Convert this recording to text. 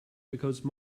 because